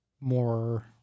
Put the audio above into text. more